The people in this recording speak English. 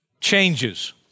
changes